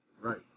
Right